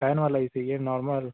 fan वाला ही चाहिए नॉर्मल